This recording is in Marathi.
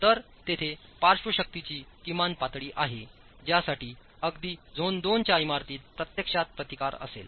तर तेथे पार्श्व शक्तीची किमान पातळी आहे ज्यासाठी अगदी झोन II च्या इमारतीसप्रत्यक्षात प्रतिकार असेल